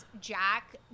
Jack